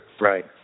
Right